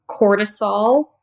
cortisol